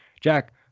Jack